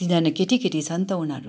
तिनजना केटीकेटी छ नि त उनीहरू